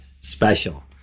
special